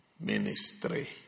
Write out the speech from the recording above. ministry